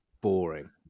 boring